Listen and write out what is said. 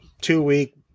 two-week